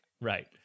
right